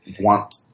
want